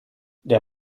der